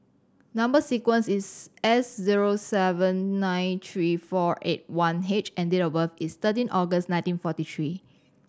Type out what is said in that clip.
number sequence is S zero seven nine three four eight one H and date of birth is thirteen August nineteen forty three